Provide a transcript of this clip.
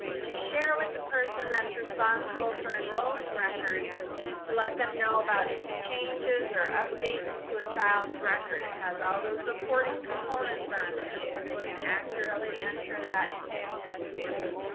to share with the person that's responsible for enrolling records to let them know about any changes or updates to a child's record. it has all those reporting components on there so they can accurately enter that into infinite campus.